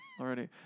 Already